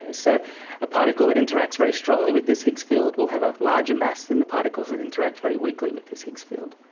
so a particle that interacts very strongly with this higgs field will have a larger mass than the particles that interact very weakly with this higgs field.